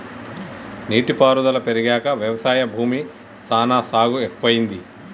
నీటి పారుదల పెరిగాక వ్యవసాయ భూమి సానా సాగు ఎక్కువైంది